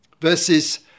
Verses